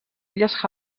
illes